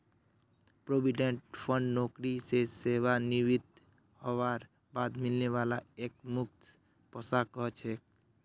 provident fund नौकरी स सेवानृवित हबार बाद मिलने वाला एकमुश्त पैसाक कह छेक